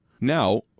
now